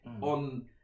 On